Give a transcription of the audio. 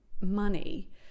money